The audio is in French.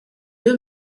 deux